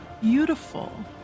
beautiful